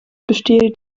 bestehe